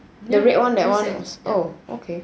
ya reset ya